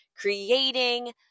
creating